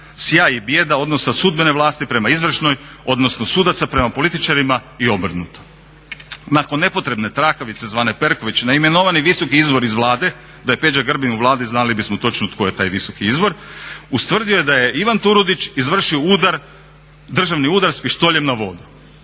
sjaj i bijeda odnosa sudbene vlasti prema izvršnoj, odnosno sudaca prema političarima i obrnuto. Nakon nepotrebne trakavice zvane Perković neimenovani visoki izvor iz Vlade, da je Peđa Grbin u Vladi znali bismo točno tko je taj visoki izvor, ustvrdio je da je Ivan Turudić izvršio udar, državni udar s pištoljem na vodu.